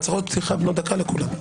הצהרות פתיחה בנות דקה לכולם.